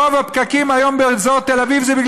רוב הפקקים היום באזור תל אביב זה כי